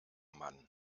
mann